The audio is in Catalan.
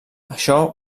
això